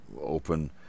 open